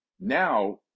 now